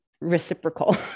reciprocal